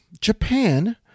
Japan